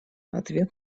ответ